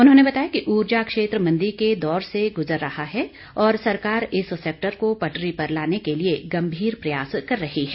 उन्होंने बताया कि ऊर्जा क्षेत्र मंदी के दौर से गुजर रहा है और सरकार इस सेक्टर को पटरी पर लाने के लिए गंभीर प्रयास कर रही है